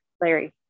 Larry